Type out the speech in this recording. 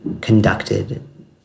conducted